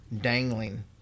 dangling